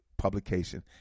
publication